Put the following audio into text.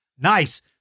Nice